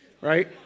right